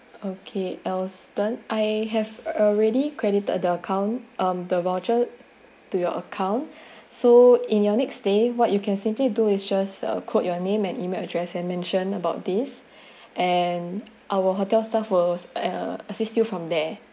okay alston I have already credited the account um the voucher to your account so in your next stay what you can simply do is just um quote your name and email address and mention about this and our hotel staff will um assist you from there